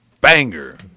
banger